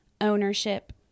ownership